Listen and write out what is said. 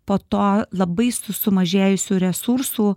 po to labai su sumažėjusių resursų